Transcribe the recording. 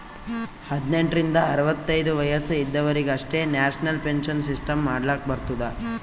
ಹದ್ನೆಂಟ್ ರಿಂದ ಅರವತ್ತೈದು ವಯಸ್ಸ ಇದವರಿಗ್ ಅಷ್ಟೇ ನ್ಯಾಷನಲ್ ಪೆನ್ಶನ್ ಸಿಸ್ಟಮ್ ಮಾಡ್ಲಾಕ್ ಬರ್ತುದ